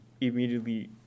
immediately